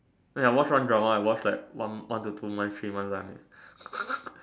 when I watch one drama I watch like one one to two months three months one leh